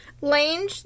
Lange